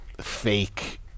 fake